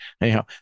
anyhow